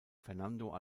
fernando